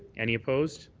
any opposed?